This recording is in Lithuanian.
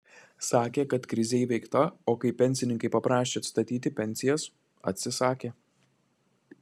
sakė kad krizė įveikta o kai pensininkai paprašė atstatyti pensijas atsisakė